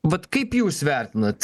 vat kaip jūs vertinat